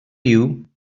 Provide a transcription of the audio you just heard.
you